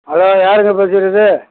hello யாருங்க பேசுகிறது